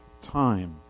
time